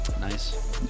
Nice